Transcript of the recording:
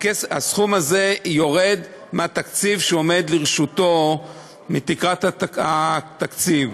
הסכום הזה יורד מהתקציב שעומד לרשותו מתקרת התקציב.